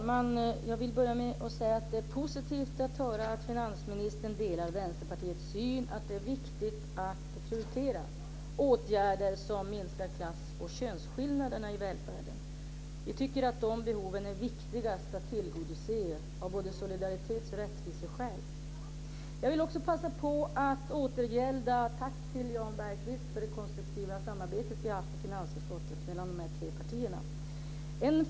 Fru talman! Det är positivt att höra att finansministern delar Vänsterpartiets syn att det är viktigt att prioritera åtgärder som minskar klass och könsskillnaderna i välfärden. De behoven är viktigast att tillgodose av både solidaritets och rättviseskäl. Jag vill också passa på att återgälda Jan Bergqvists tack för det konstruktiva samarbetet i finansutskottet mellan de tre partierna.